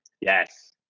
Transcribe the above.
Yes